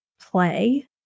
play